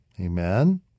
Amen